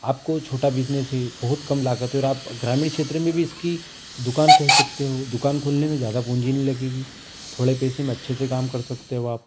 आपको छोटा बिजनेस है बहुत कम लागत है और आप ग्रामीण क्षेत्र में भी इसकी दुकान खोल सकते हो दुकान खोलने में ज्यादा पूँजी नहीं लगेगी थोडे़ पैसे में अच्छे से काम कर सकते हो आप